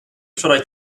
wczoraj